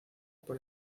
por